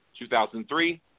2003